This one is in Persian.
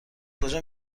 کجا